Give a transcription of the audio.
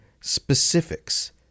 specifics